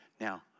Now